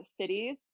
cities